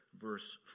verse